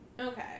Okay